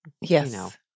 Yes